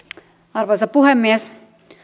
arvoisa puhemies